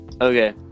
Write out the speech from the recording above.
Okay